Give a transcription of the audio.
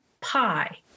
PI